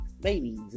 babies